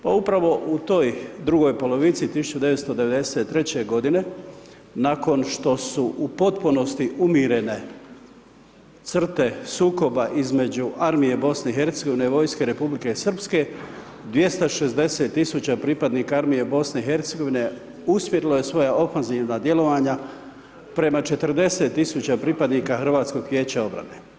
Pa upravo u toj drugoj polovici 1993. godine nakon što su u potpunosti umirene crte sukoba između armije BiH i vojske Republike Srpske 260 tisuća pripadnika armije BiH usmjerilo je svoja ofenzivna djelovanja prema 40 tisuća pripadnika HVO-a.